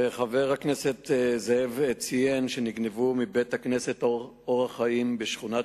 וחבר הכנסת זאב ציין שנגנבו מבית-הכנסת "אור החיים" בשכונת